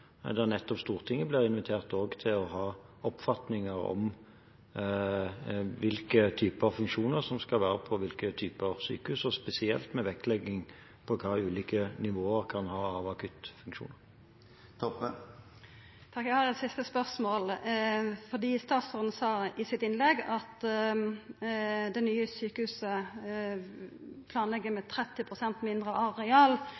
der Stortinget nettopp blir invitert til å ha oppfatninger om hvilke typer funksjoner som skal være på hvilke typer sykehus, og spesielt med vektlegging av hva ulike nivåer kan ha av akuttfunksjoner. Takk. Eg har eit siste spørsmål. Statsråden sa i sitt innlegg at det nye sjukehuset planlegg